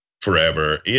forever